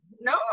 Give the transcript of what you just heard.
no